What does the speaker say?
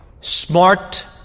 smart